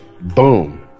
boom